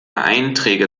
einträge